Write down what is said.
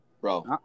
Bro